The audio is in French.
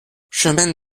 chemin